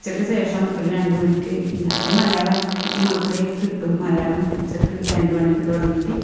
ഉച്ചക്ക് ശേഷം ഒരു രണ്ട് മണിക്ക് പിന്നെ അപ്പം മലയാളം മാത്രമേ കിട്ടൂ മലയാളം ഉച്ചക്ക് രണ്ട് മണിക്ക് തുടങ്ങിയിട്ട്